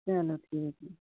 चलो ठीक है